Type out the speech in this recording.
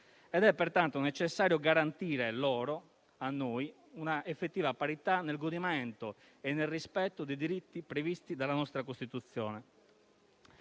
È pertanto necessario garantire loro una effettiva parità nel godimento e nel rispetto dei diritti previsti dalla nostra Costituzione.